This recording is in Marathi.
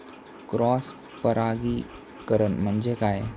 क्रॉस परागीकरण म्हणजे काय?